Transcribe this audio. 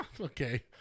Okay